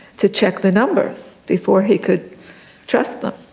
to check the numbers before he could trust them.